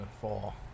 fall